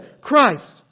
Christ